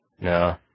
No